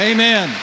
Amen